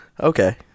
Okay